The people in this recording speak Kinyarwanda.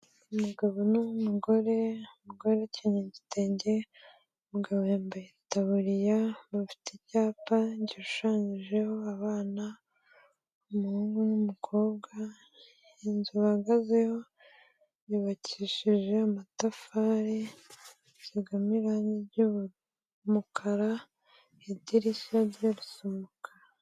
Umugabo n'umugore, umugore akenye igitenge, umugabo yambaye itaburiya, bafite icyapa gishushanyijeho abana b'umuhungu n'umukobwa, inzu bahagazeho yubakishije amatafari asizemo irangi ry'umukara idirishya ryo risa umuka.